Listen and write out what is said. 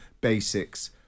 basics